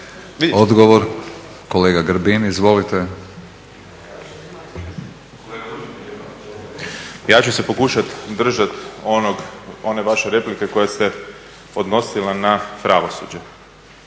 Odgovor kolega Grbin, izvolite. **Grbin, Peđa (SDP)** Ja ću se pokušati držati one vaše replike koja se odnosila na pravosuđe.